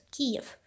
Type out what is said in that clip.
Kyiv